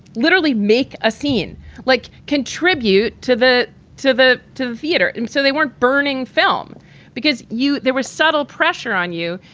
literally make a scene like contribute to the to the to the theater. so they weren't burning film because you there were subtle pressure on you.